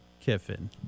Kiffin